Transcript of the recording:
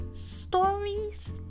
stories